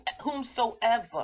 whomsoever